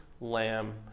lamb